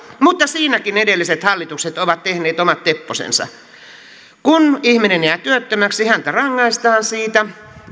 mutta siinäkin edelliset hallitukset ovat tehneet omat tepposensa kun ihminen jää työttömäksi häntä rangaistaan siitä